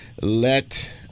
let